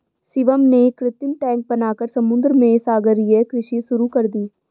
शिवम ने कृत्रिम टैंक बनाकर समुद्र में सागरीय कृषि शुरू कर दी